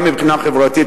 גם מבחינה חברתית,